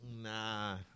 Nah